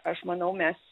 aš manau mes